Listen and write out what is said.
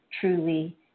truly